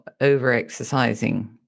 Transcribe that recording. over-exercising